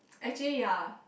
actually ya